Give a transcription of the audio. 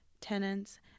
tenants